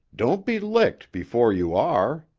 don't be licked before you are.